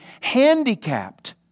handicapped